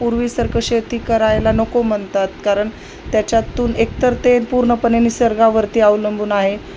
पूर्वीसारखे शेती करायला नको म्हणतात कारण त्याच्यातून एकतर ते पूर्णपणे निसर्गावरती अवलंबून आहे